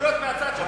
ושטויות מהצד שלך